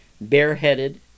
bareheaded